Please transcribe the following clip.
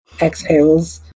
Exhales